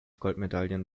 goldmedaillen